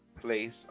Place